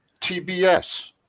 TBS